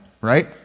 right